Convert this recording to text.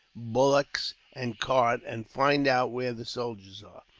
bullocks, and cart, and find out where the soldiers are.